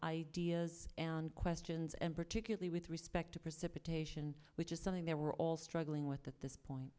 ideas and questions and particularly with respect to precipitation which is something that we're all struggling with at this point